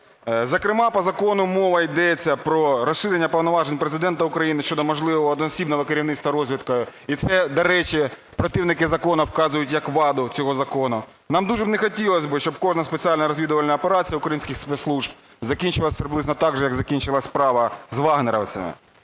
Зокрема, по закону мова йде про розширення повноважень Президента України щодо можливого одноосібного керівництва розвідкою і це, до речі, противники закону вказують як ваду цього закону. Нам дуже не хотілось би, щоб кожна спеціальна розвідувальна операція українських спецслужб закінчилась приблизно так же, як закінчилась справа з "вагнерівцями".